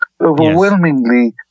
overwhelmingly